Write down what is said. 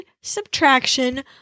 subtraction